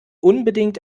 unbedingt